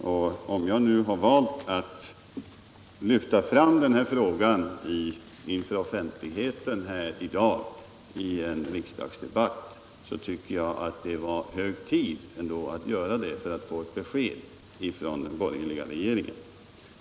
Men när jag nu valde Adakområdet att lyfta fram denna fråga inför offentligheten i en riksdagsdebatt i dag, så gjorde jag det därför att jag tycker att det var hög tid att göra det för att få ett besked av den borgerliga regeringen.